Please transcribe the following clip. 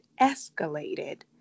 escalated